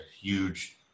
huge